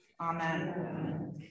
Amen